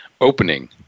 opening